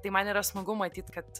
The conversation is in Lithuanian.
tai man yra smagu matyt kad